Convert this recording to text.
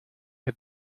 que